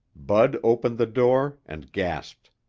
bud opened the door and gasped.